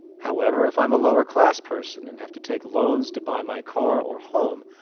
however, if i'm a lower class person and have to take loans to buy my car or home,